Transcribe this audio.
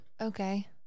Okay